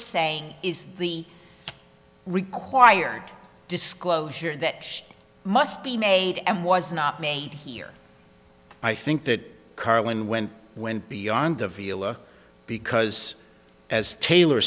saying is the required disclosure that must be made and was not made here i think that carlin went went beyond the viola because as taylor